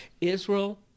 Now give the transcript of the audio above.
Israel